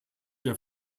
der